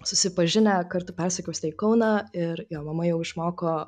susipažinę kartu persikraustė į kauną ir jo mama jau išmoko